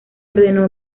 ordenó